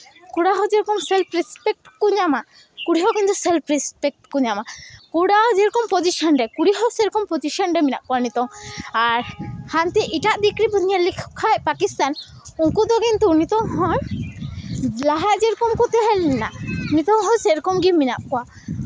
ᱠᱚᱲᱟ ᱦᱚᱸ ᱡᱮᱢᱚᱱ ᱥᱮᱞᱯᱷ ᱨᱮᱥᱯᱮᱠᱴ ᱠᱚ ᱧᱟᱢᱟ ᱠᱩᱲᱤ ᱦᱚᱸ ᱠᱤᱱᱛᱩ ᱥᱮᱞᱯᱷ ᱨᱮᱥᱯᱮᱠᱴ ᱠᱚ ᱧᱟᱢᱟ ᱠᱚᱲᱟ ᱡᱮᱨᱚᱠᱚᱢ ᱯᱚᱡᱤᱥᱚᱱ ᱨᱮ ᱠᱩᱲᱤ ᱦᱚᱸ ᱥᱮᱭ ᱨᱚᱠᱚᱢ ᱯᱚᱡᱤᱥᱚᱱ ᱨᱮ ᱢᱮᱱᱟᱜ ᱠᱚᱣᱟ ᱱᱤᱛᱚᱜ ᱟᱨ ᱦᱟᱱᱛᱮ ᱮᱴᱟᱜ ᱫᱤᱠ ᱨᱮᱵᱚᱱ ᱧᱮᱞ ᱞᱮᱠᱚ ᱠᱷᱟᱡ ᱯᱟᱠᱤᱥᱛᱟᱱ ᱩᱱᱠᱩ ᱫᱚ ᱠᱤᱱᱛᱩ ᱱᱤᱛᱚᱝ ᱦᱚᱸ ᱞᱟᱦᱟ ᱡᱮᱨᱚᱠᱚᱢ ᱠᱚ ᱛᱟᱦᱮᱸ ᱞᱮᱱᱟ ᱱᱤᱛᱚᱝ ᱦᱚᱸ ᱥᱮᱭ ᱨᱚᱠᱚᱢ ᱜᱮ ᱢᱮᱱᱟᱜ ᱠᱚᱣᱟ